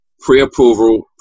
pre-approval